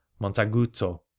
montaguto